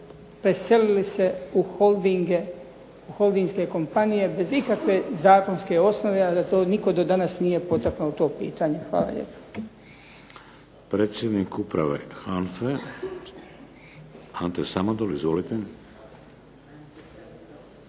preselili se u holdinge, holdinske kompanije bez ikakve zakonske osnove, a da to nitko do danas nije potakao to pitanje. Hvala lijepa.